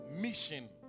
mission